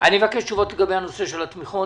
אני מבקש תשובות לגבי הנושא של התמיכות,